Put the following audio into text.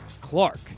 Clark